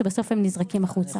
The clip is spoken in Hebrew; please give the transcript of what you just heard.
שבסוף הם נזרקים החוצה.